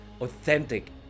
authentic